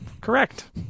correct